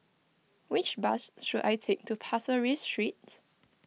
which bus should I take to Pasir Ris Street